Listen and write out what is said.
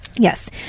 Yes